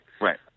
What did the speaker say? Right